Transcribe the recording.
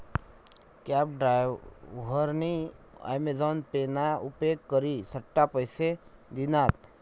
cab डायव्हरनी Amazon pay ना उपेग करी सुट्टा पैसा दिनात